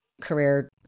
career